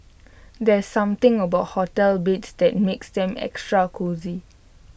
there's something about hotel beds that makes them extra cosy